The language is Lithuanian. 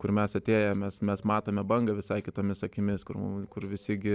kur mes atėjome mes matome bangą visai kitomis akimis kur kur visi gi